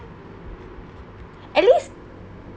at least